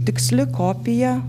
tiksli kopija